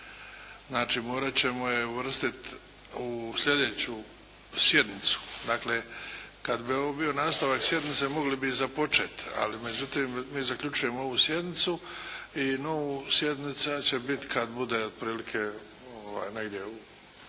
znači morat ćemo je uvrstiti u slijedeću sjednicu. Dakle, kad bi ovo bio nastavak sjednice mogli bi započeti, međutim mi zaključujemo ovu sjednicu i nova sjednica će biti kad bude, otprilike negdje oko